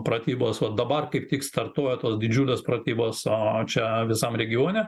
pratybos vat dabar kaip tik startuoja tos didžiulės pratybos o čia visam regione